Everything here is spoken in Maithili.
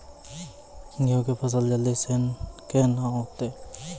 गेहूँ के फसल जल्दी से के ना होते?